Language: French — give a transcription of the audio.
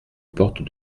porte